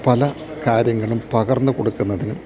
പല കാര്യങ്ങളും പകർന്നുകൊടുക്കുന്നതിനും